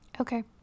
Okay